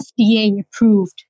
FDA-approved